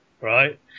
right